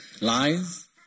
lies